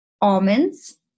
Almonds